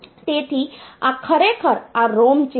તેથી આ ખરેખર આ ROM ચિપ્સ છે